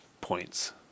points